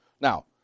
Now